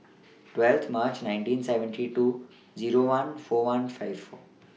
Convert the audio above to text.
twelfth March nineteen seventy two Zero one four one five four